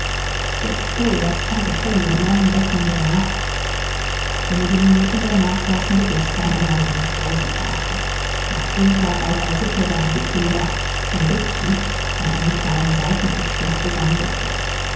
jetzt geh sag's tante polly und morgen rechnen wir dann ab wenige minuten danach saßen die gäste an einer langen speisetafel nach guter alter sitte waren die kinder ein dutzend an einem kleinen seitentischchen zusammengesteckt